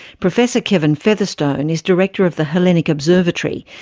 professor kevin featherstone is director of the hellenic observatory,